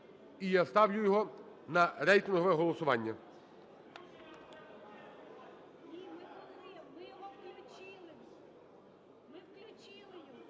І я ставлю його на рейтингове голосування.